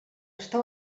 està